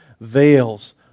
veils